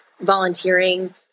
volunteering